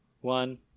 one